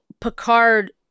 Picard